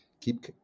keep